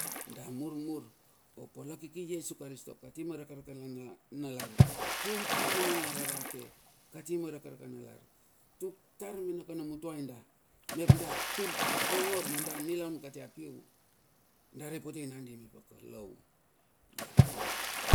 Da murmur opala kiki iesu karisto kati ma rakarakana lar, kium pa ma nuna rarate, kati ma rakarakanalar, tuk tar me nakana mutuai da, mep da tur ongor ma nunda nilaun kati apiu. Da re potei nandi mep a kalou ia vangugu da.